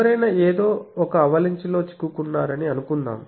ఎవరైనా ఏదో ఒక అవలంచిలో చిక్కుకున్నారని అనుకుందాం